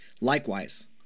likewise